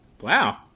Wow